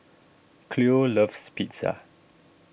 Cleo loves Pizza